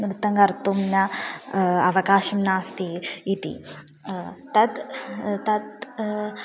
नृत्तं कर्तुं न अवकाशं नास्ति इति तत् तत्